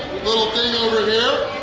little thing over here,